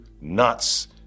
nuts